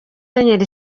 myr